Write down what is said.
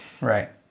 Right